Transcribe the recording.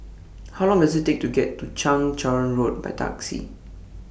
How Long Does IT Take to get to Chang Charn Road By Taxi